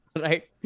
Right